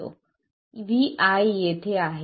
vi येथे आहे